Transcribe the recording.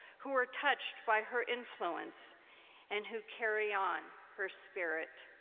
who are touched by her influence and who carry on her spirit.